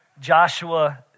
Joshua